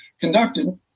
conducted